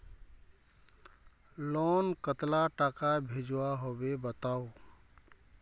Loan कतला टाका भेजुआ होबे बताउ?